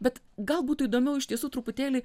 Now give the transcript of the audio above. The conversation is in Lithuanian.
bet gal būtų įdomiau iš tiesų truputėlį